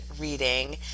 reading